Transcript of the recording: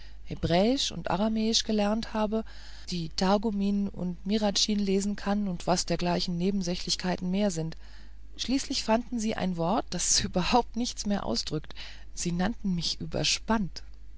und aramäisch gelernt habe die targumim und midraschim lesen kann und was dergleichen nebensächlichkeiten mehr sind schließlich fanden sie ein wort das überhaupt nichts mehr ausdrückt sie nannten mich überspannt